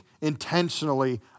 intentionally